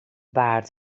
baard